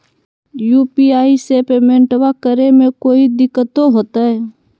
UPI से पेमेंटबा करे मे कोइ दिकतो होते?